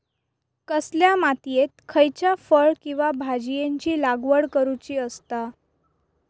कसल्या मातीयेत खयच्या फळ किंवा भाजीयेंची लागवड करुची असता?